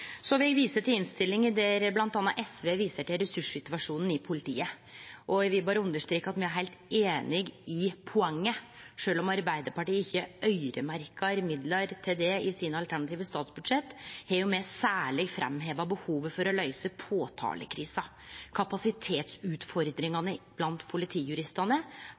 Så vil eg vise til innstillinga, der bl.a. SV viser til resurssituasjonen i politiet. Eg vil berre understreke at me er heilt einige i poenget. Sjølv om Arbeidarpartiet ikkje øyremerkjer midlar til det i sine alternative statsbudsjett, har me særleg framheva behovet for å løyse påtalekrisa. Kapasitetsutfordringane blant politijuristane